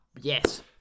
yes